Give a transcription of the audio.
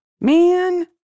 Man